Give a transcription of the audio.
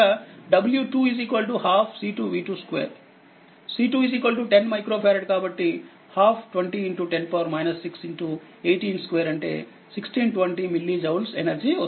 C2 10 micro farad కాబట్టి 12 2010 6182 అంటే 1620 milli joules energy వస్తుంది